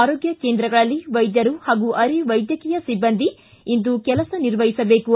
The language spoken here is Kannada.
ಆರೋಗ್ಯ ಕೇಂದ್ರಗಳಲ್ಲಿ ವೈದ್ಯರು ಹಾಗೂ ಅರೆ ವೈದ್ಯಕೀಯ ಸಿಬ್ಬಂದಿ ಇಂದು ಕೆಲಸ ನಿರ್ವಹಿಸಬೇಕು